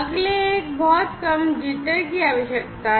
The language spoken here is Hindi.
अगले एक बहुत कम Jitter की आवश्यकता है